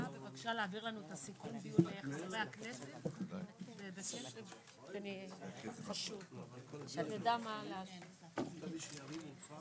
15:16.